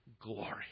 glory